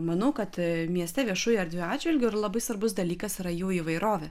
manau kad mieste viešųjų erdvių atžvilgiu yra labai svarbus dalykas yra jų įvairovė